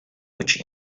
which